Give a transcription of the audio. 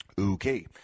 Okay